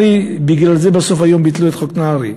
לצערי, בגלל זה בסוף היום ביטלו את חוק נהרי.